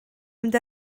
mynd